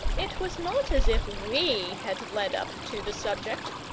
it was not as if we had led up to the subject.